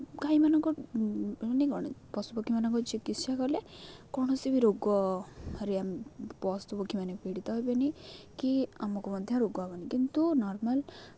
ଗାଈମାନଙ୍କ ମାନେ କ'ଣ ପଶୁପକ୍ଷୀମାନଙ୍କୁ ଚିକିତ୍ସା କଲେ କୌଣସି ବି ରୋଗରେ ପଶୁପକ୍ଷୀମାନେ ପୀଡ଼ିତ ହେବେନି କି ଆମକୁ ମଧ୍ୟ ରୋଗ ହବନି କିନ୍ତୁ ନର୍ମାଲ